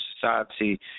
society